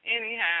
Anyhow